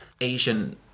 Asian